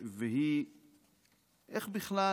והיא איך בכלל